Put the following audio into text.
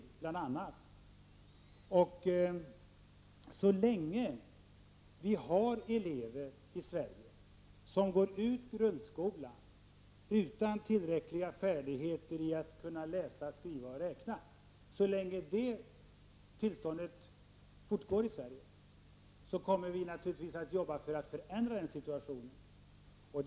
Så länge det i Sverige finns elever som går ut grundskolan utan tillräckliga färdigheter i att läsa, skriva och räkna — så länge det tillståndet består — kommer vi naturligtvis att arbeta för att förändra den situationen.